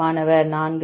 மாணவர் 4